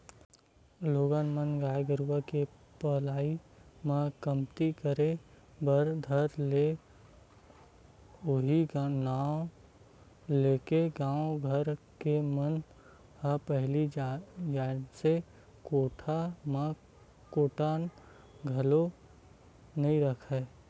लोगन मन गाय गरुवा के पलई ल कमती करे बर धर ले उहीं नांव लेके गाँव घर के मन ह पहिली जइसे कोठा म कोटना घलोक नइ रखय